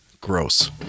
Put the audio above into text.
Gross